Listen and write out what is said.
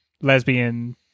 lesbian